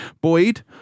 Boyd